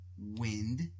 Wind